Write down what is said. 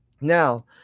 now